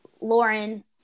Lauren